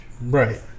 right